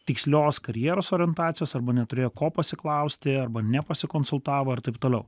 tikslios karjeros orientacijos arba neturėjo ko pasiklausti arba nepasikonsultavo ir taip toliau